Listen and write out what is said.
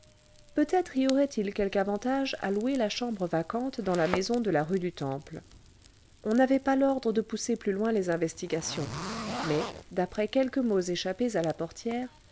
peut-être y aurait-il quelque avantage à louer la chambre vacante dans la maison de la rue du temple on n'avait pas l'ordre de pousser plus loin les investigations mais d'après quelques mots échappés à la portière